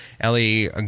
Ellie